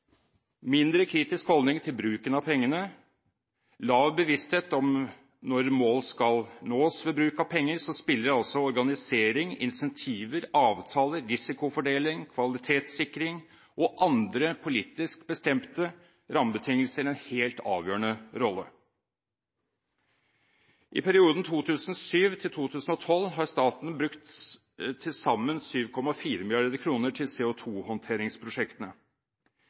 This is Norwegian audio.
mindre kritisk holdning til bruken av pengene, og lav bevissthet om når mål skal nås. Ved bruk av penger spiller organisering, incentiver, avtaler, risikofordeling, kvalitetssikring og andre politisk bestemte rammebetingelser en helt avgjørende rolle. I perioden 2007–2012 har staten brukt til sammen 7,4 mrd. kr til